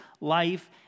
life